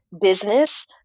business